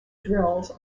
drills